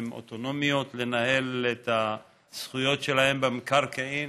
הן אוטונומיות לנהל את הזכויות שלהן במקרקעין